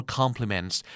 compliments